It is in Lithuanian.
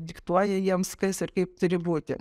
diktuoja jiems kas ir kaip turi būti